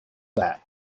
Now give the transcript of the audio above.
that